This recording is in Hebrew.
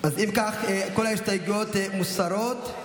כל ההסתייגויות מוסרות,